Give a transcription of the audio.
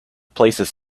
places